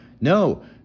No